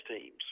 teams